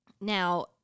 now